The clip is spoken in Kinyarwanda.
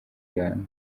ibanga